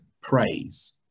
praise